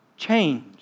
Change